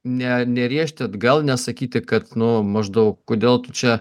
ne nerėžti atgal nesakyti kad nu maždaug kodėl tu čia